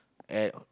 at